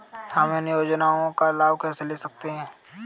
हम इन योजनाओं का लाभ कैसे ले सकते हैं?